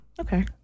Okay